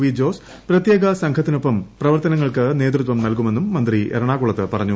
V Jose പ്രത്യേക സംഘത്തിനൊപ്പം പ്രവർത്തനങ്ങൾക്ക് നേതൃത്വം നൽകുമെന്നും മന്ത്രി എറണാകുളത്ത് പറഞ്ഞു